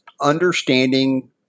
understanding